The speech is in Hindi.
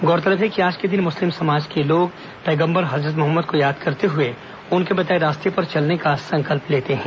गौरतलब है कि आज के दिन मुस्लिम समाज के लोग पैगम्बर हजरत मोहम्मद को याद कर उनके बताए रास्ते पर चलने का संकल्प लेते हैं